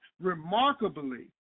remarkably